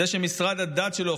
זה שמשרד הדת שלו,